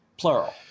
Plural